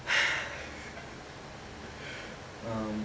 um